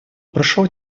прошел